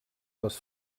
les